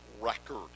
record